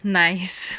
nice